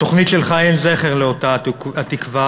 בתוכנית שלך אין זכר לאותה התקווה,